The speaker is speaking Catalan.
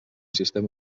sistema